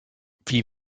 wie